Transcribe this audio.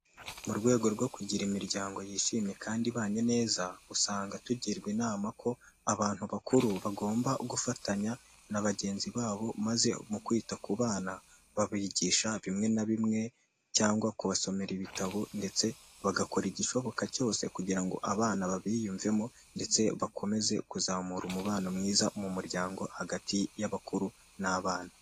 Mu rwego rwo kugira imiryango yishimye kandi ibanye neza ,usanga tugirwa inama ko abantu bakuru bagomba gufatanya na bagenzi babo maze mu kwita ku bana babigisha bimwe na bimwe cyangwa kubasomera ibitabo ndetse bagakora igishoboka cyose kugira ngo abana babiyumvemo ndetse bakomeze kuzamura umubano mwiza mu muryango hagati y'abakuru n'abana.